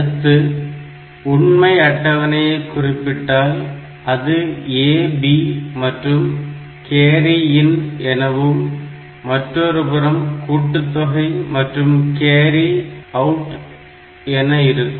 அடுத்து உண்மை அட்டவணையை குறிப்பிட்டால் அது A B மற்றும் கேரி இன் எனவும் மற்றொருபுறம் கூட்டுத்தொகை மற்றும் கேரி அவுட் என இருக்கும்